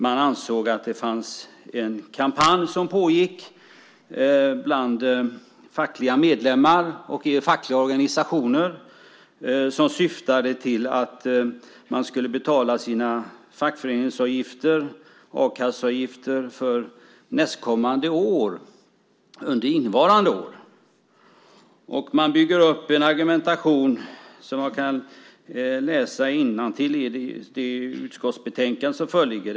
Man ansåg att det pågick en kampanj bland fackliga medlemmar och fackliga organisationer som syftade till att man skulle betala sina fackföreningsavgifter och a-kasseavgifter för nästkommande år under innevarande år. Man bygger upp en argumentation som jag kan läsa innantill ur i det utskottsbetänkande som föreligger.